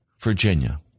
Virginia